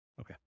Okay